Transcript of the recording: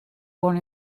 born